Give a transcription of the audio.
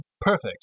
perfect